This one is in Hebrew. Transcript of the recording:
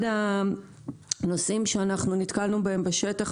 אחד הנושאים שנתקלנו בהם בשטח,